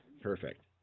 Perfect